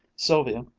sylvia,